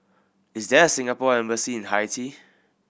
is there a Singapore Embassy in Haiti